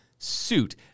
suit